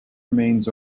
remains